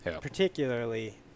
particularly